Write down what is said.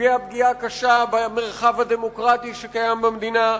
פוגע פגיעה קשה במרחב הדמוקרטי שקיים במדינה,